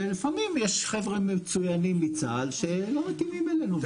ולפעמים יש חבר'ה מצוינים מצה"ל שלא מתאימים אלינו.